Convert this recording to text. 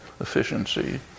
efficiency